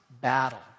battle